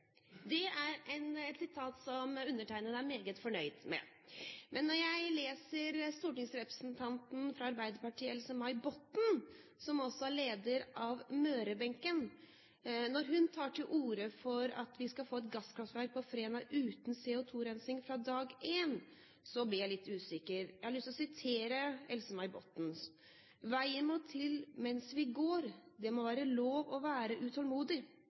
klimaforliket». Det er et utsagn som undertegnede er meget fornøyd med. Men når jeg leser at stortingsrepresentanten for Arbeiderpartiet Else-May Botten, som også er leder av Møre-benken, tar til orde for at vi skal få et gasskraftverk på Fræna uten CO2-rensing fra dag én, blir jeg litt usikker. Jeg har lyst til å sitere hva Else-May Botten sa til ANB: «Veien må bli til mens vi går. Det må være lov å være utålmodig.»